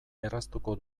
erraztuko